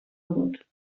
dut